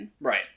Right